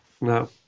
no